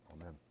Amen